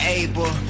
able